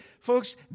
folks